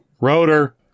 Rotor